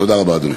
תודה רבה, אדוני.